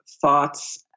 thoughts